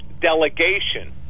delegation